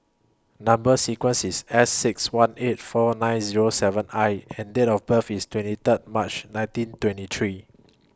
Number sequence IS S six one eight four nine Zero seven I and Date of birth IS twenty Third March nineteen twenty three